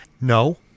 no